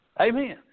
Amen